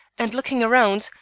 and looking around,